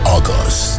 August